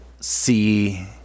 see